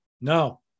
No